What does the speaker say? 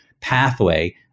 pathway